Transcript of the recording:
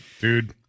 dude